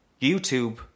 YouTube